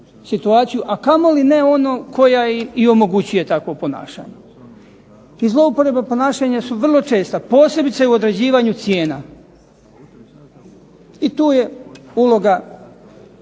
situaciju, a kamoli ne onu koja im i omogućuje takvo ponašanje. I zlouporaba ponašanja su vrlo česta, posebice u određivanju cijena. I tu je uloga